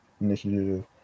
Initiative